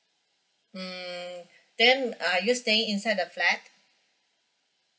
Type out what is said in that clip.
mm then are you staying inside the flat